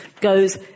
goes